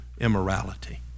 immorality